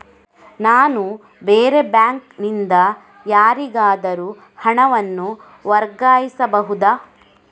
ನಾನು ಬೇರೆ ಬ್ಯಾಂಕ್ ನಿಂದ ಯಾರಿಗಾದರೂ ಹಣವನ್ನು ವರ್ಗಾಯಿಸಬಹುದ?